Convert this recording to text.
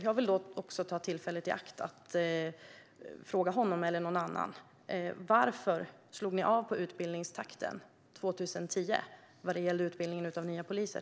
Jag vill då ta tillfället i akt att fråga honom, eller någon annan, om varför ni slog av på utbildningstakten 2010 vad gäller utbildningen av nya poliser.